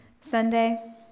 Sunday